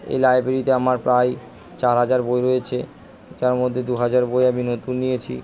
এই লাইব্রেরিতে আমার প্রায় চার হাজার বই রয়েছে যার মধ্যে দুহাজার বই আমি নতুন নিয়েছি